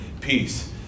peace